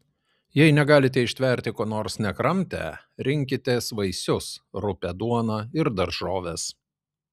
jei negalite ištverti ko nors nekramtę rinkitės vaisius rupią duoną ir daržoves